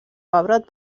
pebrot